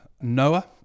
Noah